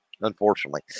unfortunately